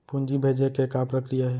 पूंजी भेजे के का प्रक्रिया हे?